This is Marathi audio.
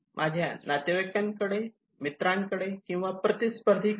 माझ्या नातेवाईकांकडे मित्रांकडे किंवा प्रतिस्पर्धी कडे